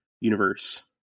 universe